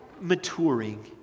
maturing